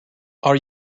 are